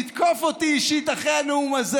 לתקוף אותי אישית אחרי הנאום הזה,